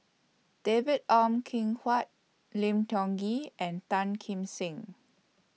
David Ong Kim Huat Lim Tiong Ghee and Tan Kim Seng